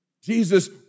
Jesus